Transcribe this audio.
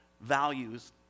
Values